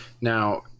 Now